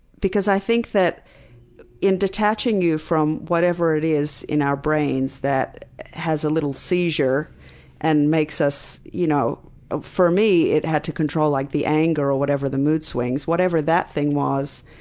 because i think that in detaching you from whatever it is in our brains that has a little seizure and makes us, you know ah for me, it had to control like the the anger or whatever the mood swings, whatever that thing was.